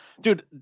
Dude